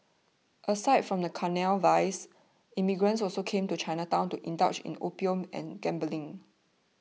aside from carnal vice immigrants also came to Chinatown to indulge in opium and gambling